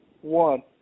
one